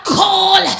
call